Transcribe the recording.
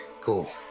cool